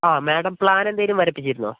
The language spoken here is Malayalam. ആ മാഡം പ്ലാൻ എന്തെങ്കിലും വരപ്പിച്ചിരുന്നോ